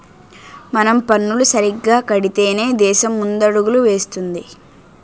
మనం పన్నులు సరిగ్గా కడితేనే దేశం ముందడుగులు వేస్తుంది